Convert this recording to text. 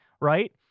right